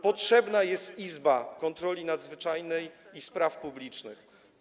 Potrzebna jest Izba Kontroli Nadzwyczajnej i Spraw Publicznych.